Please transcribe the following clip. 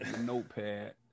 notepad